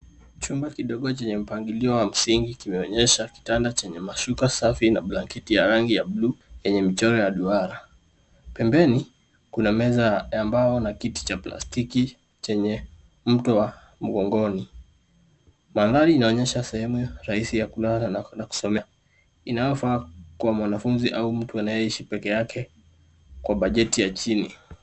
Chumba kidogo chenye mpangilio wa msingi kimeonyesha kitanda chenye mashuka safi na blanketi ya rangi ya buluu yenye mchoro ya duara. Pembeni kunameza ya mbao na kiti cha plastiki chenye mto wa mgongoni. Mahali inaonyesha sehemu rahisi ya kulala na kusomea. Inayofaa kwa mwanafunzi au mtu anayeishi pekee yake kwa bajeti ya chini.